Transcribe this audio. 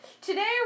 Today